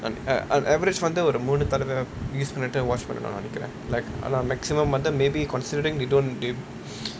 on on one average வந்து ஒரு மூனு தடவ:vanthu oru moonu thadava use பண்ணிட்டு:pannittu wash பண்ணனும்னு நெனைக்றேன்:pannanumnu nenaikkraen like ஆனா:aanaa maximum வந்து:vanthu maybe considering you don't they